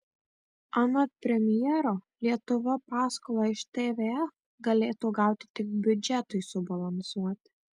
anot premjero lietuva paskolą iš tvf galėtų gauti tik biudžetui subalansuoti